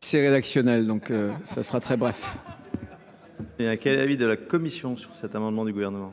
C'est rédactionnel, donc ce sera très bref. Et à quel avis de la Commission sur cet amendement du gouvernement ?